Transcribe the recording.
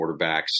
quarterbacks